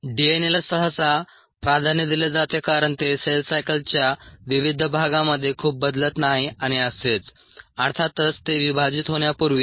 डीएनएला सहसा प्राधान्य दिले जाते कारण ते सेल सायकलच्या विविध भागांमध्ये खूप बदलत नाही आणि असेच अर्थातच ते विभाजित होण्यापूर्वी